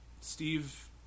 Steve